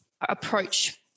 approach